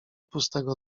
pustego